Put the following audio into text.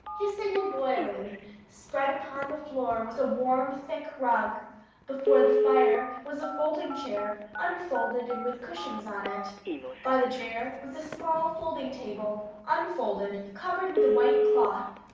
hissing and boiling spread upon the floor was a warm, thick rug before the fire was a folding-chair, unfolded and with cushions on it by the chair was a small folding-table, unfolded, covered with a white cloth,